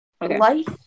Life